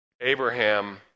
Abraham